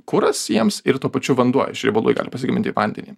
kuras jiems ir tuo pačiu vanduo iš riebalų jie gali pasigaminti vandenį